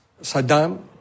Saddam